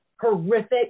horrific